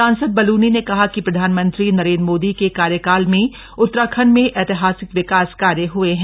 सांसद बलूनी ने कहा कि प्रधानमंत्री नरेंद्र मोदी के कार्यकाल में उत्तराखंड में ऐतिहासिक विकास कार्य हए हैं